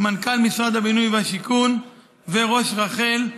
מנכ"ל משרד הבינוי והשיכון וראש רח"ל,